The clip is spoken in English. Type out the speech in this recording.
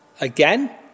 Again